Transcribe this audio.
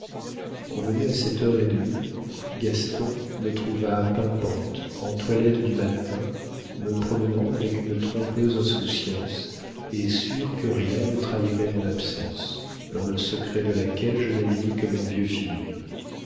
à sept heures et demie gaston me trouva pimpante en toilette du matin me promenant avec une trompeuse insouciance et sûre que rien ne trahirait mon absence dans le secret de laquelle je n'avais mis que mon vieux